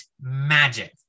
magic